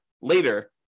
later